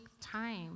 time